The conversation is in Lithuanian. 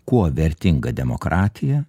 kuo vertinga demokratija